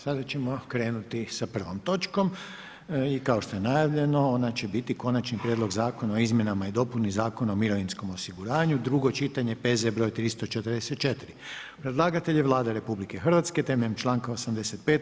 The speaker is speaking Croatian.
Sada ćemo krenuti sa prvom točkom i kao što je najavljeno, ona će biti: - Konačni prijedlog zakona o izmjenama i dopuni Zakona o mirovinskom osiguranju, drugo čitanje, P.Z. br. 334 Predlagatelj je Vlada RH temeljem članka 85.